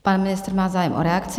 Pan ministr má zájem o reakci?